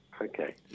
Okay